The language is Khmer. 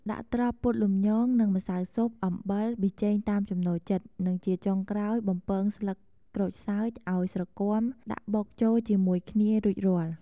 ដាក់ត្រប់ពុតលំញង និង ម្សៅស៊ុប អំបិល ប៊ីចេងតាមចំណូលចិត្ត និងជាចុងក្រោយបំពងស្លឹកក្រូចសើចឱ្យស្រគាំដាក់បុកចូលជាមួយគ្នារួចរាល់។